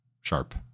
sharp